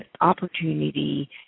opportunity